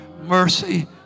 mercy